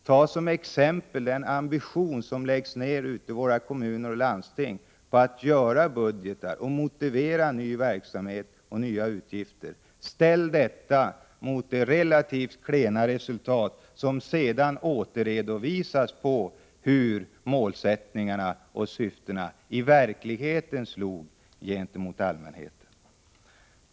Ta som exempel den ambition som läggs ned i kommuner och landsting på att göra upp budgetar och motivera ny verksamhet och nya utgifter, och ställ detta mot det relativt klena resultat som sedan återredovisas när det gäller hur målsättningarna och syftena i verkligheten slog gentemot allmänheten!